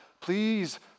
Please